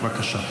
בבקשה.